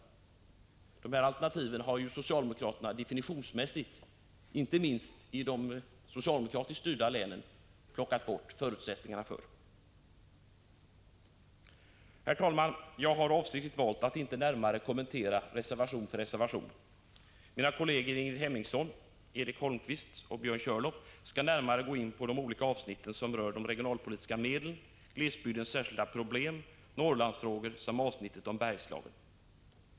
Förutsättningarna för dessa alternativ har ju socialdemokraterna definitionsmässigt tagit bort, inte minst i de socialdemokratiskt styrda länen. Herr talman! Jag har avsiktligt valt att inte kommentera reservation för reservation. Mina kolleger Ingrid Hemmingsson, Erik Holmkvist och Björn Körlof skall närmare gå in på de avsnitt som rör de regionalpolitiska medlen, glesbygdens särskilda problem, Norrlandsfrågorna samt Bergslagen.